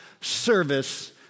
service